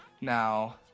Now